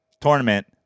tournament